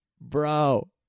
Bro